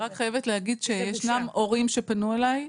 אני רק חייבת להגיד שישנם הורים שפנו אליי,